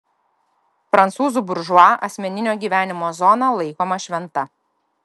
prancūzų buržua asmeninio gyvenimo zona laikoma šventa